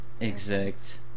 exact